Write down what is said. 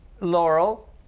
Laurel